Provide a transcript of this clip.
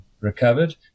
recovered